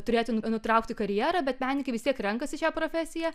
turėti nutraukti karjerą bet menininkai vis tiek renkasi šią profesiją